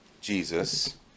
Jesus